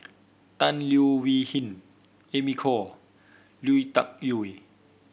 Tan Leo Wee Hin Amy Khor Lui Tuck Yew